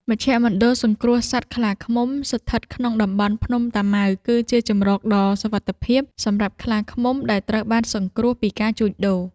មជ្ឈមណ្ឌលសង្គ្រោះសត្វខ្លាឃ្មុំ ស្ថិតក្នុងតំបន់ភ្នំតាម៉ៅ គឺជាជម្រកដ៏សុវត្ថិភាពសម្រាប់ខ្លាឃ្មុំដែលត្រូវបានសង្គ្រោះពីការជួញដូរ។